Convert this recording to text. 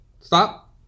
stop